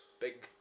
Big